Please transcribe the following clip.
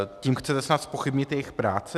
Tím chcete snad zpochybnit jejich práci?